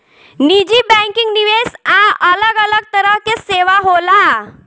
निजी बैंकिंग, निवेश आ अलग अलग तरह के सेवा होला